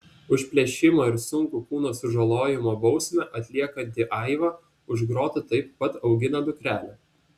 už plėšimą ir sunkų kūno sužalojimą bausmę atliekanti aiva už grotų taip pat augina dukrelę